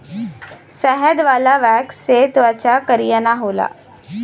शहद वाला वैक्स से त्वचा करिया ना होला